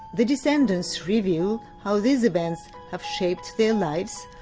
the descendants reveal how these events have shaped their lives.